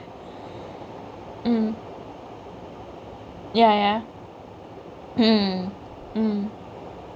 mm ya ya mm mm